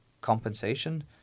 compensation